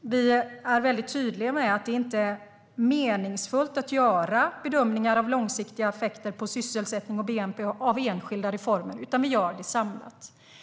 Vi är tydliga med att det inte är meningsfullt att göra bedömningar av långsiktiga effekter på sysselsättning och bnp av enskilda reformer utan vi gör det samlat.